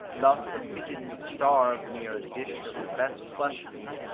thus a pigeon would starve near a dish of the best flesh-meat,